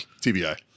TBI